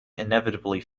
inevitably